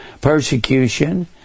persecution